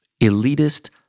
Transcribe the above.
elitist